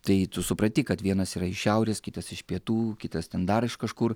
tai tu supranti kad vienas yra iš šiaurės kitas iš pietų kitas ten dar iš kažkur